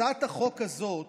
הצעת החוק הזאת